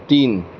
तीन